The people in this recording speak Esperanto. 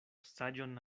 saĝon